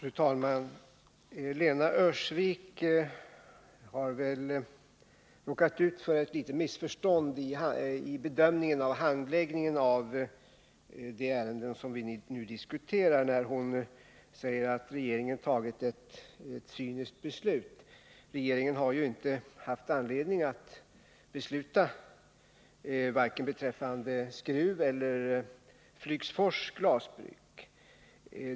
Fru talman! Lena Öhrsvik råkade ut för ett litet missförstånd i bedömningen av handläggningen av de ärenden som vi nu diskuterar. Hon sade att regeringen har fattat ett cyniskt beslut. Regeringen har inte haft anledning att besluta vare sig beträffande Skrufs eller Flygsfors Glasbruk.